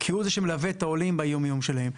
כי הוא זה שמלווה את העולים ביום-יום שלהם.